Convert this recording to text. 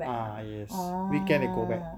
ah yes weekend they go back